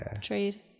trade